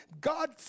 God